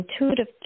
intuitive